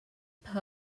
pub